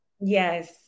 Yes